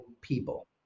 people